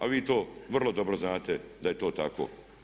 A vi to vrlo dobro znate da je to tako.